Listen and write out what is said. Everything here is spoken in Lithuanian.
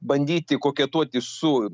bandyti koketuoti su